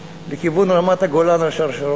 אז נוסעים מירושלים לכיוון רמת-הגולן על שרשראות.